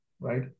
right